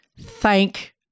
Thank